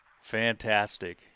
fantastic